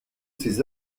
ses